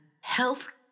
health